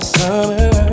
summer